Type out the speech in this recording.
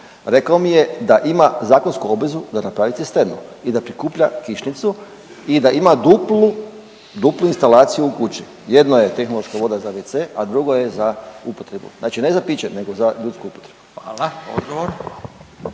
rekao mi je da ima zakonsku obvezu da napravi cisternu i da prikuplja kišnicu i da ima duplu, duplu instalaciju u kući. Jedno je tehnološka voda za wc, a drugo je za upotrebu. Znači ne za piće nego za ljudsku upotrebu. **Radin,